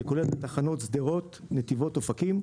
שכולל את התחנות שדרות, נתיבות ואופקים.